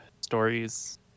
stories